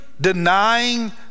denying